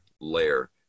layer